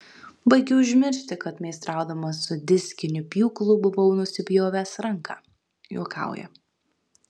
baigiu užmiršti kad meistraudamas su diskiniu pjūklu buvau nusipjovęs ranką juokauja